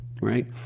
right